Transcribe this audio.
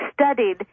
studied